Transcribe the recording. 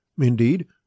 Indeed